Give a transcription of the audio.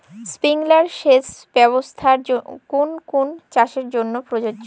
Sprinkler সেচ ব্যবস্থার কোন কোন চাষের জন্য প্রযোজ্য?